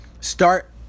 start